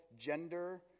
gender